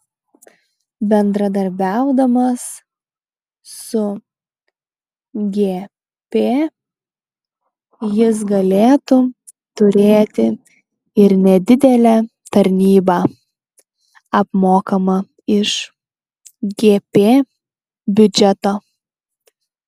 bendradarbiaudamas su gp jis galėtų turėti ir nedidelę tarnybą apmokamą iš gp biudžeto